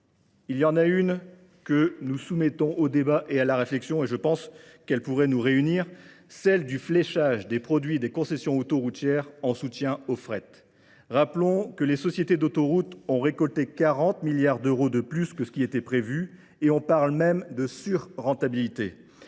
Il y en a une que nous soumettons au débat et à la réflexion et je pense qu'elle pourrait nous réunir, celle du fléchage des produits des concessions autoroutières en soutien aux frettes. Rappelons que les sociétés d'autoroute ont récolté 40 milliards d'euros de plus que ce qui était prévu et on parle même de surentabilité.